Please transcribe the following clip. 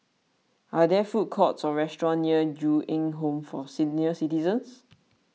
are there food courts or restaurants near Ju Eng Home for Senior Citizens